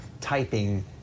typing